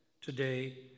Today